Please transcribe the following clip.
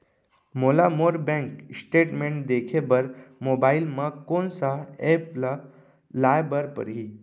मोला मोर bank statement देखे बर मोबाइल मा कोन सा एप ला लाए बर परही?